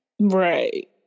Right